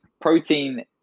protein